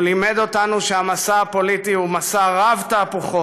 הוא לימד אותנו שהמסע הפוליטי הוא מסע רב-תהפוכות.